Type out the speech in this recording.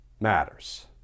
matters